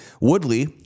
Woodley